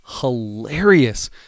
hilarious